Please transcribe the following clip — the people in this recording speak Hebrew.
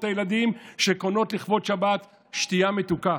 הילדים שקונות לכבוד שבת שתייה מתוקה,